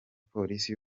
polisi